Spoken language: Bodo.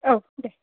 औ दे